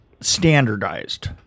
standardized